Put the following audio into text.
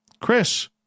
Chris